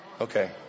Okay